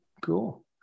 cool